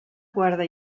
guarda